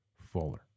Fuller